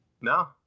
No